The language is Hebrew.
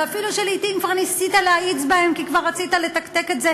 ואפילו שלעתים ניסית להאיץ בהן כי רצית לתקתק את זה